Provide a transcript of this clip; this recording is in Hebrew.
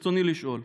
ברצוני לשאול: